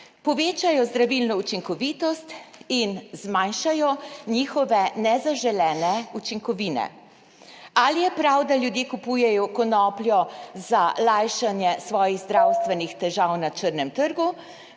povečajo zdravilno učinkovitost in zmanjšajo njihove nezaželene učinkovine. Ali je prav, da ljudje kupujejo konopljo za lajšanje svojih zdravstvenih težav na črnem trgu?